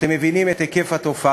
אתם מבינים את היקף התופעה.